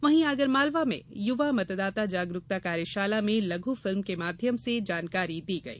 वहीं आगरमालवा में युवा मतदाता जागरूकता कार्यशाला में लघु फिल्म के माध्यम से जानकारी दी गई